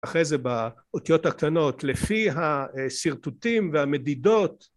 אחרי זה, באותיות הקטנות, לפי השרטוטים והמדידות